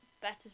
Better